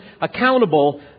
accountable